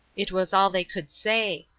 it was all they could say.